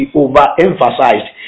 overemphasized